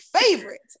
favorite